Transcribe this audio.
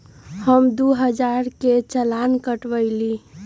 हम दु हजार के चालान कटवयली